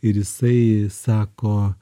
ir jisai sako